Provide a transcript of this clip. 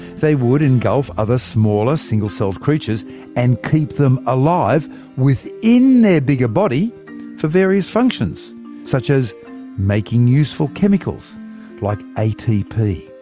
they would engulf other smaller single-celled creatures and keep them alive within their bigger body for various functions such as making useful chemicals like atp.